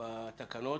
בתקנות